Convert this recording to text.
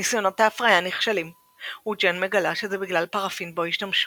ניסיונות ההפריה נכשלים וג'ין מגלה שזה בגלל פרפין בו השתמשו.